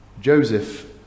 Joseph